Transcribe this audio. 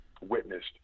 witnessed